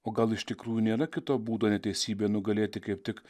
o gal iš tikrųjų nėra kito būdo neteisybę nugalėti kaip tik